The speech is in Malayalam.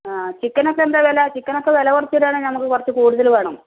ആ ചിക്കനൊക്കെ എന്താ വില ചിക്കനൊക്കെ വില കുറച്ചു തരികയാണെങ്കിൽ നമുക്ക് കുറച്ച് കൂടുതൽ വേണം